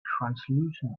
translucent